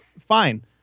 fine